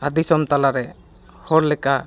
ᱟᱨ ᱫᱤᱥᱚᱢ ᱛᱟᱞᱟ ᱨᱮ ᱦᱚᱲ ᱞᱮᱠᱟ